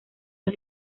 los